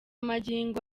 magingo